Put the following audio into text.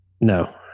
No